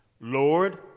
Lord